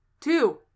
two